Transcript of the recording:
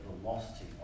velocity